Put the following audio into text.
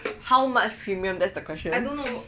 how much premium that's the question